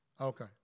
Okay